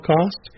cost